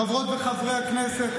חברות וחברי הכנסת,